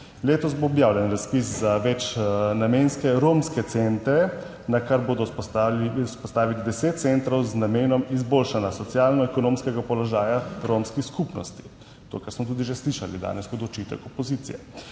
Letos bo objavljen razpis za večnamenske romske centre, nakar bodo vzpostavili deset centrov z namenom izboljšanja socialno-ekonomskega položaja romske skupnosti. To kar smo tudi že slišali danes kot očitek opozicije.